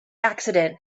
accident